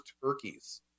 turkeys